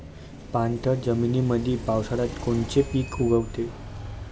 पाणथळ जमीनीमंदी पावसाळ्यात कोनचे पिक उगवते?